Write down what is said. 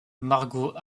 margot